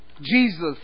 Jesus